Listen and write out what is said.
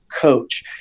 coach